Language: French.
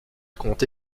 compte